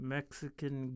Mexican